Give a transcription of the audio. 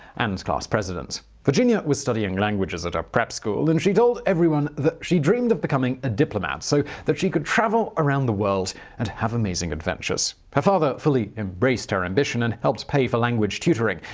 and class president. virginia was studying languages at her prep school, and she told everyone that she dreamed of becoming a diplomat so that she could travel around the world and have amazing adventures. her father fully embraced her ambition, and helped pay for language tutoring.